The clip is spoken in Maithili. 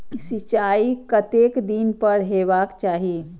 सिंचाई कतेक दिन पर हेबाक चाही?